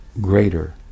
greater